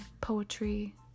poetry